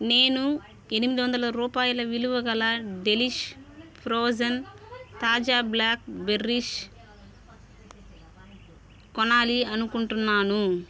నేను ఎనిమిది వందల రూపాయల విలువ గల డెలిష్ ఫ్రోజన్ తాజా బ్లాక్ బెర్రీస్ కొనాలి అనుకుంటున్నాను